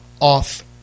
off